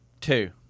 two